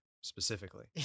specifically